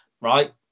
right